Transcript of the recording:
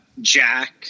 Jack